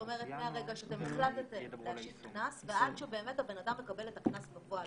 מהרגע שאתם החלטתם להשית קנס ועד שבאמת הבן אדם מקבל את הקנס בפועל,